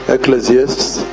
Ecclesiastes